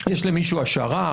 יש למישהו הערכה?